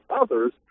others